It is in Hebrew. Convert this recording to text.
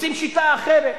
רוצים שיטה אחרת.